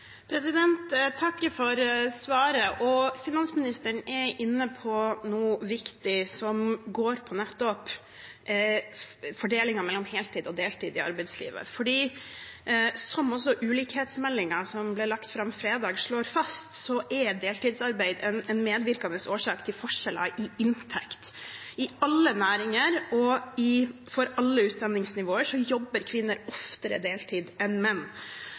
Jeg takker for svaret. Finansministeren er inne på noe viktig som går på nettopp fordelingen mellom heltid og deltid i arbeidslivet. Som også ulikhetsmeldingen, som ble lagt fram fredag, slår fast, er deltidsarbeid en medvirkende årsak til forskjeller i inntekt. I alle næringer og på alle utdanningsnivåer jobber kvinner oftere deltid enn menn.